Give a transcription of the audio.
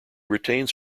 retains